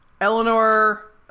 Eleanor